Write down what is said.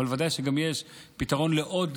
אבל בוודאי שיש גם פתרון של עוד